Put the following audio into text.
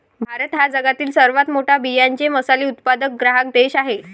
भारत हा जगातील सर्वात मोठा बियांचे मसाले उत्पादक ग्राहक देश आहे